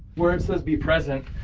where it says be present,